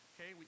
Okay